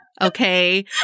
Okay